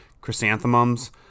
Chrysanthemums